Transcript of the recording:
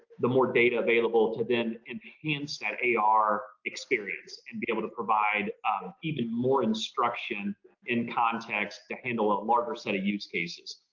the more data available to them enhance that ar experience and be able to provide even more instruction in context to handle a larger set of use cases.